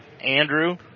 Andrew